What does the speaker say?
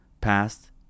past